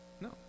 no